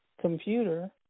computer